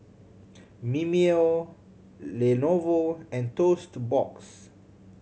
Mimeo Lenovo and Toast Box